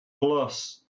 plus